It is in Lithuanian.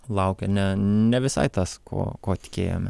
laukia ne ne visai tas ko ko tikėjome